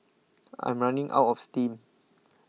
I'm running out of steam